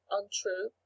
untrue